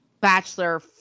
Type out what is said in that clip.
bachelor